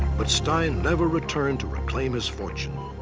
but stein never returned to reclaim his fortune.